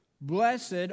Blessed